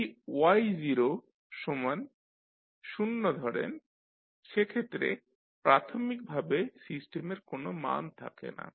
যদি y সমান 0 ধরেন সেক্ষেত্রে প্রাথমিকভাবে সিস্টেমের কোন মান থাকে না